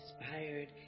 inspired